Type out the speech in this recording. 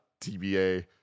TBA